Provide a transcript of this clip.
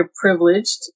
privileged